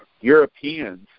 Europeans